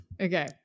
Okay